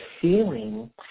feeling